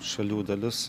šalių dalis